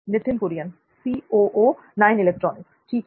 नित्थिन कुरियन ठीक है